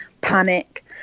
panic